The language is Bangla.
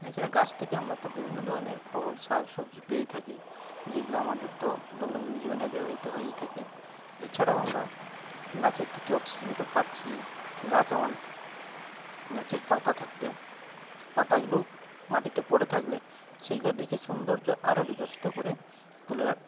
এছাড়া গাছ থেকে আমরা তো বিভিন্ন ধরনের ফল শাকসবজি পেয়েই থাকি যেগুলো আমাদের তো দৈনন্দিন জীবনে ব্যবহৃত হয়েই থাকে এছাড়াও আমরা গাছের থেকে অক্সিজেন তো পাচ্ছি গাছ গাছের পাতা থাকতে পাতাগুলো মাটিতে পড়ে থাকলে দেখে সৌন্দর্য আরো বিকশিত করে তোলে